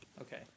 Okay